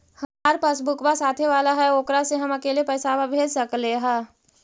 हमार पासबुकवा साथे वाला है ओकरा से हम अकेले पैसावा भेज सकलेहा?